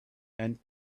and